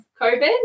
COVID